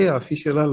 official